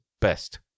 best